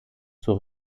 zur